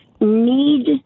need